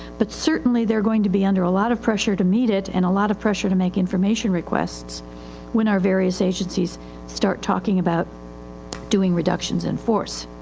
but certainly theyire going to be under a lot of pressure to meet it and a lot of pressure to make information requests when our various agencies start talking about doing reductions in force.